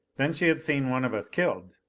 then she had seen one of us killed.